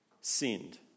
sinned